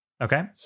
Okay